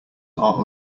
are